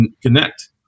connect